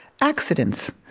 accidents